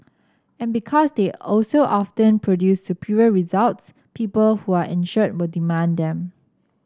and because they also often produce superior results people who are insured will demand them